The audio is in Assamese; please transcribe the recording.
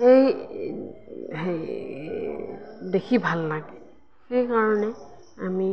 সেই দেখি ভাল লাগে সেইকাৰণে আমি